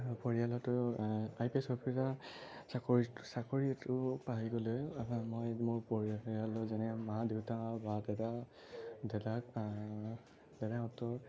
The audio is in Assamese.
পৰিয়ালতো আই পি এছ অফিচাৰৰ চাকৰিত চাকৰিটো পাই গ'লে মই মোৰ পৰিয়ালৰ যেনে মা দেউতা বা দাদা দাদা দাদাহঁতৰ